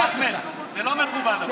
זה לא מכובד.